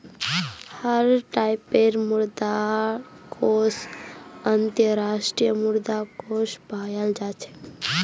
हर टाइपेर मुद्रा कोष अन्तर्राष्ट्रीय मुद्रा कोष पायाल जा छेक